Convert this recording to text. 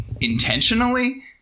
Intentionally